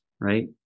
right